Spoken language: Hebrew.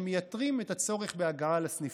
שמייתרים את הצורך בהגעה לסניפים.